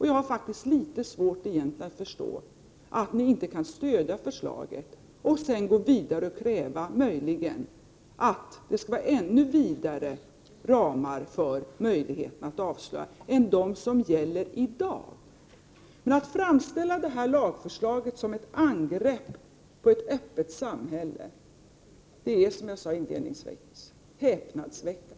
Jag har faktiskt litet svårt att förstå att ni inte kan stödja förslaget och sedan eventuellt gå vidare och kräva än mer vidgade ramar för möjligheten att avslöja än de som gäller i dag. Att framställa det här lagförslaget som ett angrepp på ett öppet samhälle är, som jag sade inledningsvis, häpnadsväckande.